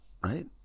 right